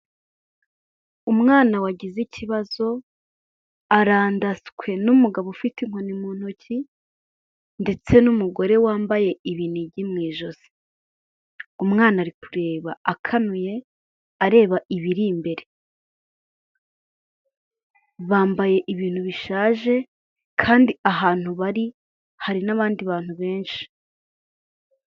Umwana wagize ikibazo, arandaswe n'umugabo ufite inkoni mu ntoki, ndetse n'umugore wambaye ibinigi mu ijosi, umwana ari kureba akanuye areba ibiri imbere, bambaye ibintu bishaje, kandi ahantu bari hari n'abandi bantu benshi.